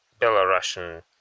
Belarusian